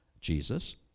Jesus